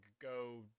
go